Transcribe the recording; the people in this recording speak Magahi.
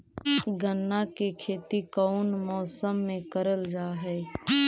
गन्ना के खेती कोउन मौसम मे करल जा हई?